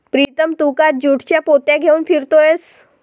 प्रीतम तू का ज्यूटच्या पोत्या घेऊन फिरतोयस